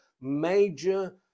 major